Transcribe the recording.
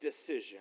decision